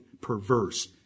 perverse